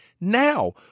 now